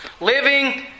Living